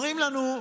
אומרים לנו: